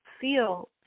feel